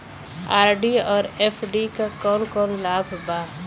RD और FD क कौन कौन लाभ बा?